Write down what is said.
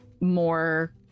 more